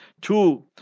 Two